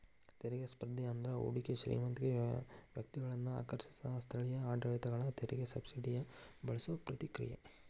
ತೆರಿಗೆ ಸ್ಪರ್ಧೆ ಅಂದ್ರ ಹೂಡಿಕೆಗೆ ಶ್ರೇಮಂತ ವ್ಯಕ್ತಿಗಳನ್ನ ಆಕರ್ಷಿಸಕ ಸ್ಥಳೇಯ ಆಡಳಿತಗಳ ತೆರಿಗೆ ಸಬ್ಸಿಡಿನ ಬಳಸೋ ಪ್ರತಿಕ್ರಿಯೆ